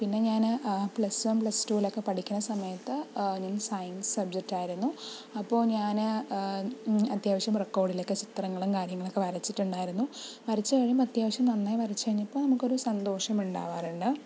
പിന്നെ ഞാൻ plus one plus ടുവിലൊക്കെ പഠിക്കണ സമയത്ത് ഞാൻ സയൻസ് സബ്ജക്ട് ആയിരുന്നു അപ്പോൾ ഞാൻ അത്യാവിശ്യം റെക്കോർഡിൽ ഒക്കെ ചിത്രങ്ങളും കാര്യങ്ങളൊക്കെ വരച്ചിട്ടുണ്ടായിരുന്നു വരച്ചു കഴിയുമ്പോൾ അത്യാവശ്യം നന്നായി വരച്ചു കഴിഞ്ഞപ്പോൾ നമുക്കൊരു സന്തോഷം ഉണ്ടാവാറുണ്ട്